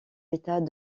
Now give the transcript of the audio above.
états